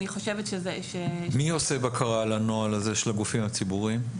אני חושבת שזה --- מי עושה בקרה על הנוהל הזה של הגופים הציבוריים?